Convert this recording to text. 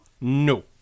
No